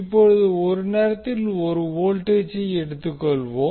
இப்போது ஒரு நேரத்தில் ஒரு வோல்டேஜை எடுத்துக்கொள்வோம்